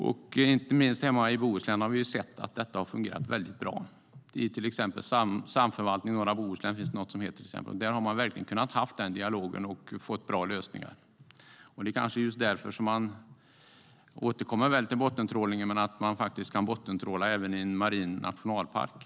Vi har sett, inte minst hemma i Bohuslän, att det har fungerat väldigt bra. Det finns till exempel något som heter Samförvaltning Norra Bohuslän. Där har man verkligen kunnat ha en dialog och fått bra lösningar. För att återkomma till bottentrålning är det kanske just därför man faktiskt kan bottentråla även i en marin nationalpark.